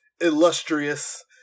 illustrious